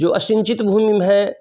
जो असिंचित भूमि में है